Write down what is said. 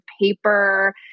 paper